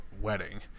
wedding